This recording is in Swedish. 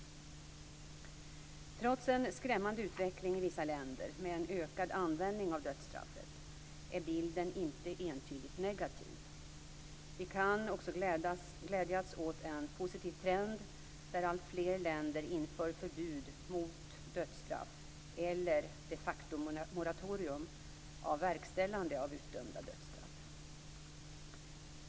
Trots en skrämmande utveckling i vissa länder med en ökad användning av dödsstraffet är bilden inte entydigt negativ. Vi kan också glädjas åt en positiv trend där alltfler länder inför förbud mot dödsstraff eller de facto-moratorium av verkställande av utdömda dödsstraff.